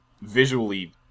visually